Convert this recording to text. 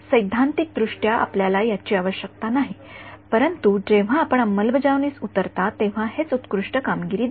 सैद्धांतिक दृष्ट्या आपल्याला याची आवश्यकता नाही परंतु जेव्हा आपण अंमलबजावणीस उतरता तेव्हा हेच उत्कृष्ट कामगिरी देते